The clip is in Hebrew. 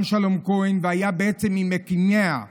והיה בעצם ממקימיה.